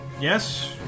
Yes